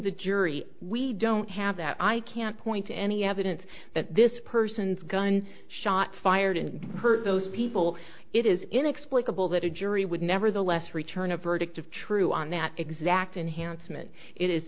the jury we don't have that i can't point to any evidence that this person's gun shot fired and hurt those people it is inexplicable that a jury would nevertheless return a verdict of true on that exact unhandsome and it is